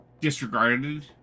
disregarded